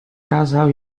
casal